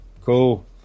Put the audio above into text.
cool